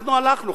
אנחנו הלכנו,